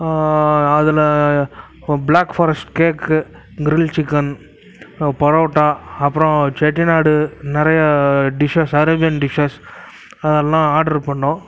அதில் black forest cake grill chicken parotta அப்புறம் செட்டிநாடு நிறையா டிஷ்ஷஸ் அரேபியன் டிஷ்ஷஸ் அதெல்லாம் ஆர்டரு பண்ணிணோம்